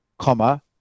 comma